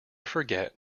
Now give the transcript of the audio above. forget